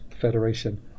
Federation